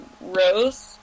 Rose